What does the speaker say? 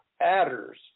adders